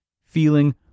feeling